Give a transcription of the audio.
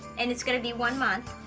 and it's gonna be one month.